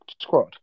squad